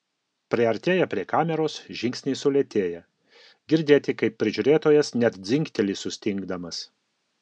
priartėję prie kameros žingsniai sulėtėja girdėti kaip prižiūrėtojas net dzingteli sustingdamas